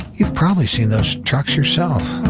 you've probably seen those trucks yourself.